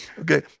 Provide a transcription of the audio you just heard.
Okay